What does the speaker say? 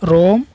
Rome